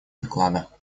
доклада